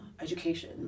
education